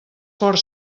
fort